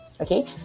Okay